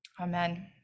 Amen